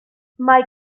mae